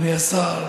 אדוני השר,